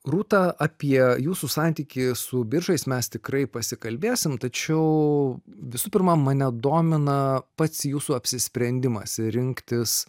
rūta apie jūsų santykį su biržais mes tikrai pasikalbėsim tačiau visų pirma mane domina pats jūsų apsisprendimas rinktis